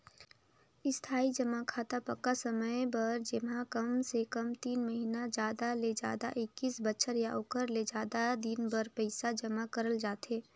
इस्थाई जमा खाता पक्का समय बर जेम्हा कमसे कम तीन महिना जादा ले जादा एक्कीस बछर या ओखर ले जादा दिन बर पइसा जमा करल जाथे